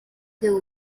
there